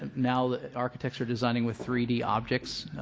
and now architecture designing with three d objects